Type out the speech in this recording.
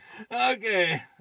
Okay